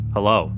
Hello